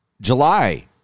July